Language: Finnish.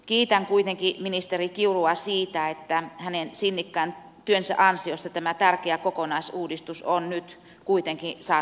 kiitän kuitenkin ministeri kiurua siitä että hänen sinnikkään työnsä ansiosta tämä tärkeä kokonaisuudistus on nyt kuitenkin saatu käyntiin